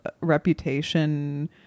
reputation